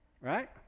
Right